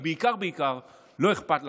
ובעיקר בעיקר לא אכפת לכם.